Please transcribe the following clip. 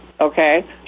Okay